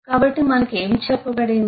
కాబట్టి మనకు ఏమి చెప్పబడింది